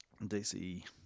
DC